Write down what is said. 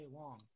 long